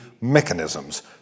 mechanisms